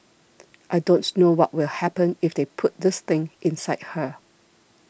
I don't know what will happen if they put this thing inside her